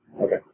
Okay